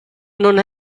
non